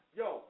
yo